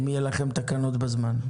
אם יהיו לכם תקנות בזמן.